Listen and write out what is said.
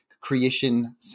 creation